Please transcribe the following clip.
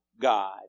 God